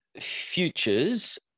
futures